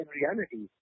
reality